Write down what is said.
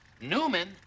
Newman